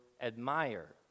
admire